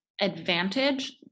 advantage